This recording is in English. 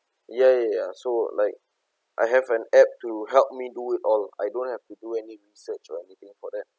ya ya ya so like I have an app to help me do it all I don't have to do any research or anything for that